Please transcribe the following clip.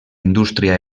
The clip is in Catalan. indústria